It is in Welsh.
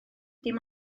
dim